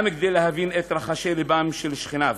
גם כדי להבין את רחשי לבם של שכניו.